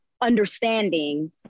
understanding